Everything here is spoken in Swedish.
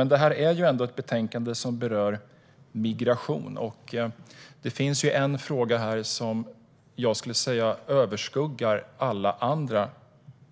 Men det är ändå ett betänkande som berör migration, och det finns en fråga som jag skulle säga överskuggar alla andra